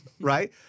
Right